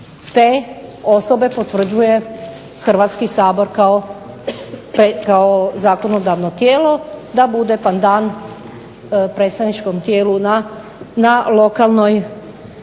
te osobe potvrđuje Hrvatski sabor kao zakonodavno tijelo, da bude pandan predstavničkom tijelu na lokalnoj